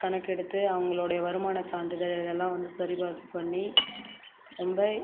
கணக்கெடுத்து அவங்களோடைய வருமான சான்றிதழ் இதெல்லாம் வந்து சரி பார்ப்பு பண்ணி ரொம்ப